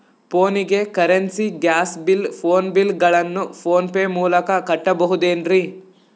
ಫೋನಿಗೆ currency, gas bill, phone bill ಗಳನ್ನು PhonePe ಮೂಲಕ ಕಟ್ಟಬಹುದೇನ್ರಿ?